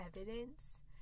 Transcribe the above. evidence